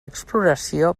exploració